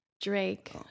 Drake